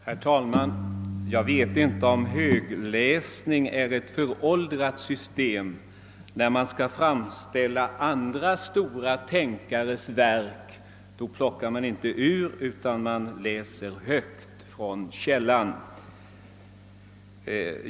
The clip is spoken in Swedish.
Herr talman! Jag vet inte om högläsning är något föråldrat system. När man skall ge en framställning av andra stora tänkares verk, plockar man inte ut vissa saker ur dem, utan man läser högt från källan.